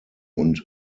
und